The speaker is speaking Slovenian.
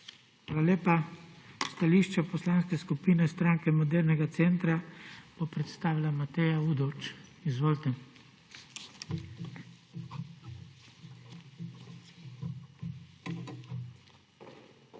lepa. Stališče Poslanske skupine Stranke modernega centra bo predstavila Mateja Udovč. Izvolite.